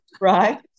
right